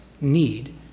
Need